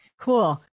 cool